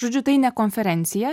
žodžiu tai ne konferencija